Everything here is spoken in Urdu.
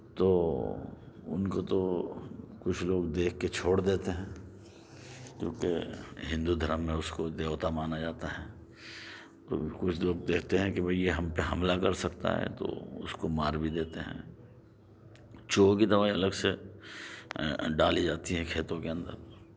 تو ان کو تو کچھ لوگ دیکھ کے چھوڑ دیتے ہیں کیونکہ ہندو دھرم میں اس کو دیوتا مانا جاتا ہے تو کچھ لوگ دیکھتے ہیں کہ بھائی یہ ہم پہ حملہ کر سکتا ہے تو اس کو مار بھی دیتے ہیں چوہوں کی دوائی الگ سے ڈالی جاتی ہے کھیتوں کے اندر